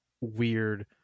weird